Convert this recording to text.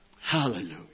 Hallelujah